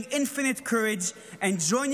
displaying infinite courage and joining